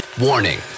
Warning